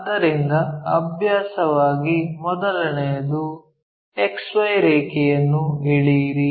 ಆದ್ದರಿಂದ ಅಭ್ಯಾಸವಾಗಿ ಮೊದಲನೆಯದು XY ರೇಖೆಯನ್ನು ಎಳೆಯಿರಿ